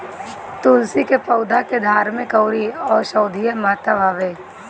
तुलसी के पौधा के धार्मिक अउरी औषधीय महत्व हवे